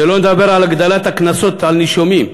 שלא נדבר על הגדלת הקנסות על נישומים.